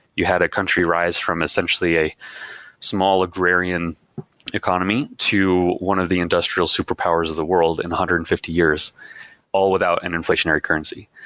you had a country rise from essentially a small agrarian economy to one of the industrial superpowers of the world in one hundred and fifty years all without an inflationary currency.